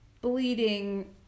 bleeding